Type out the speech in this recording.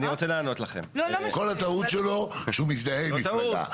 כל הטעות שלו היא שהוא מזדהה עם מפלגה.